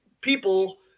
people